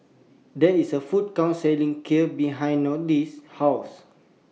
There IS A Food Court Selling Kheer behind Nohely's House